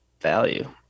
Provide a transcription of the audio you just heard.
value